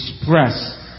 express